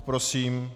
Prosím.